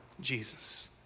Jesus